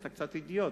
אתה קצת אידיוט,